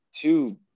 two